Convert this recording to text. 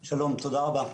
שלום, תודה רבה.